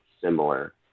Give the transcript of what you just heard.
similar